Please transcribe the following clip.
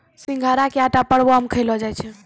सिघाड़ा के आटा परवो मे खयलो जाय छै